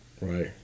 Right